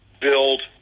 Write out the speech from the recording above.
build